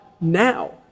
now